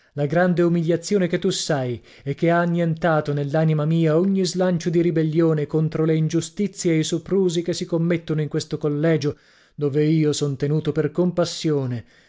la grande umiliazione che tu sai e che ha annientato nell'anima mia ogni slancio di ribellione contro le ingiustizie e i soprusi che si commettono in questo collegio dove io son tenuto per compassione